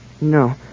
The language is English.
No